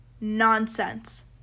nonsense